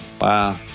Wow